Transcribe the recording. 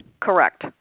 Correct